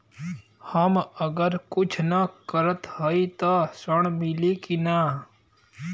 हम अगर कुछ न करत हई त ऋण मिली कि ना?